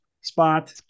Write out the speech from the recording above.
spot